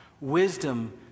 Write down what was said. Wisdom